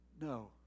No